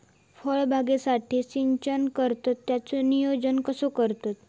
फळबागेसाठी सिंचन करतत त्याचो नियोजन कसो करतत?